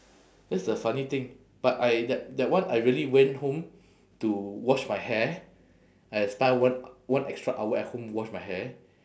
that's the funny thing but I that that one I really went home to wash my hair I spend one one extra hour at home wash my hair